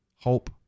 hope